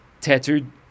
tattooed